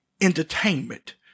entertainment